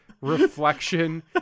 reflection